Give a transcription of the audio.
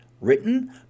written